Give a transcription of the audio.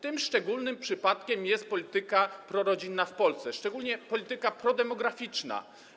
Tym szczególnym przypadkiem jest polityka prorodzinna w Polsce, szczególnie polityka prodemograficzna.